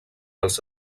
els